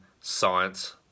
Science